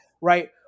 right